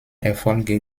erfolge